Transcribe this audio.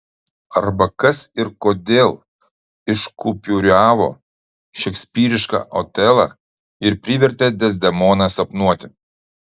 arba kas ir kodėl iškupiūravo šekspyrišką otelą ir privertė dezdemoną sapnuoti